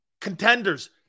contenders